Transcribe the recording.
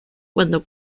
cuando